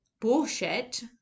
bullshit